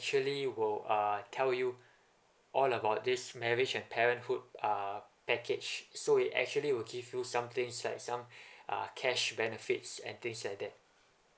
actually will uh tell you all about this marriage and parenthood uh package so it actually will give you something say some uh cash benefits and things like that